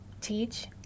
teach